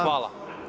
Hvala.